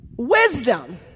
Wisdom